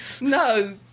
no